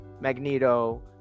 magneto